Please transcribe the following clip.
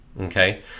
okay